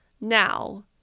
Now